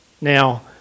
Now